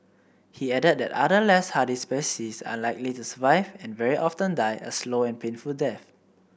he added that other less hardy species are unlikely to survive and very often die a slow and painful death